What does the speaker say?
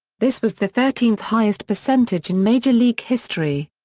this was the thirteenth highest percentage in major league history.